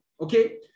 okay